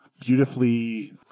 beautifully